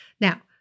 Now